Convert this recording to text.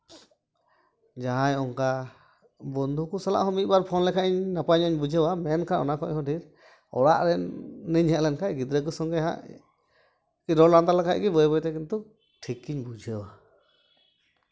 ᱡᱟᱦᱟᱸᱭ ᱚᱱᱠᱟ ᱵᱚᱱᱫᱷᱩ ᱠᱚ ᱥᱟᱞᱟᱜ ᱦᱚᱸ ᱢᱤᱫᱼᱵᱟᱨ ᱯᱷᱳᱱ ᱞᱮᱠᱷᱟᱱ ᱤᱧ ᱱᱟᱯᱟᱭ ᱜᱤᱧ ᱵᱩᱡᱷᱟᱹᱣᱟ ᱢᱮᱱᱠᱷᱟᱱ ᱚᱱᱟ ᱠᱷᱚᱱ ᱦᱚᱸ ᱰᱷᱮᱨ ᱚᱲᱟᱜ ᱨᱤᱧ ᱦᱮᱡ ᱞᱮᱱᱠᱷᱟᱱ ᱜᱤᱫᱽᱨᱟᱹ ᱠᱚ ᱥᱚᱸᱜᱮ ᱦᱟᱸᱜ ᱨᱚᱲ ᱞᱟᱸᱫᱟ ᱞᱮᱠᱷᱟᱱ ᱜᱮ ᱵᱟᱹᱭ ᱵᱟᱹᱭ ᱛᱮ ᱠᱤᱱᱛᱩ ᱴᱷᱤᱠᱤᱧ ᱵᱩᱡᱷᱟᱹᱣᱟ